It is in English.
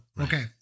Okay